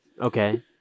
Okay